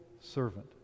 servant